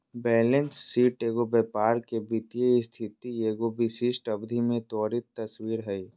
balance sheet एगो व्यापार के वित्तीय स्थिति के एगो विशिष्ट अवधि में त्वरित तस्वीर हइ